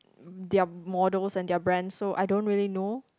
their models and their brands so I don't really know